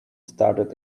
started